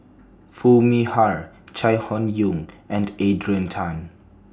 Foo Mee Har Chai Hon Yoong and Adrian Tan